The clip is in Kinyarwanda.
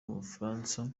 umufaransa